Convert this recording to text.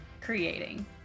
creating